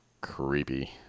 creepy